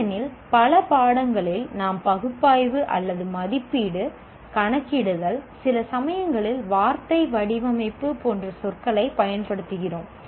ஏனெனில் பல பாடங்களில் நாம் பகுப்பாய்வு அல்லது மதிப்பீடு கணக்கிடுதல் சில சமயங்களில் வார்த்தை வடிவமைப்பு போன்ற சொற்களைப் பயன்படுத்துகிறோம்